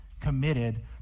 committed